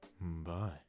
bye